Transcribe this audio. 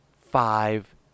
five